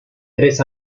tres